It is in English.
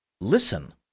Listen